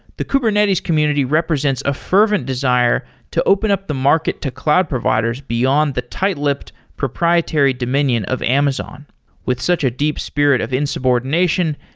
the kubernetes community represents a fervent desire to open up the market to cloud providers beyond the tight-lipped proprietary dominion of amazon with such a deep spirit of insubordination,